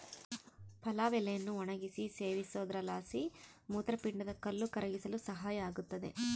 ಪಲಾವ್ ಎಲೆಯನ್ನು ಒಣಗಿಸಿ ಸೇವಿಸೋದ್ರಲಾಸಿ ಮೂತ್ರಪಿಂಡದ ಕಲ್ಲು ಕರಗಿಸಲು ಸಹಾಯ ಆಗುತ್ತದೆ